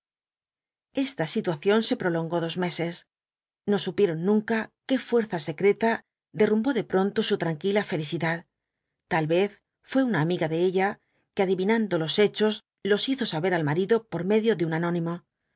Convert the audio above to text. esta situación se prolongó dos meses no supieron nunca qué fuerza secreta derrumbó de pronto su tranquila felicidad tal vez fué una amiga de ella que adivinando los hechos los hizo saber al marido por medio de un anónimo